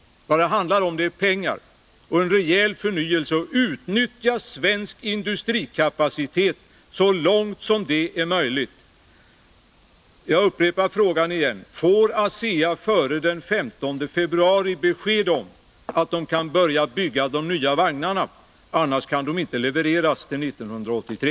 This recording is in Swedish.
Vad det handlar om är pengar och en rejäl förnyelse. Utnyttja svensk industrikapacitet så långt det är möjligt! Jag upprepar min fråga: Får ASEA före den 15 februari besked om att man kan börja bygga de nya vagnarna? Om inte, kan dessa inte levereras till 1983.